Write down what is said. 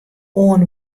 oan